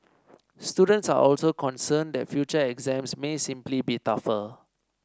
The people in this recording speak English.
students are also concerned that future exams may simply be tougher